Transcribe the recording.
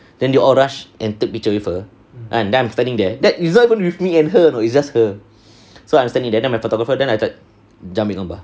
then they all rush and took pictures with her then I was standing there that is not going to with me and her you know is just her so I'm standing there then my photographer then I thought jom ambil gambar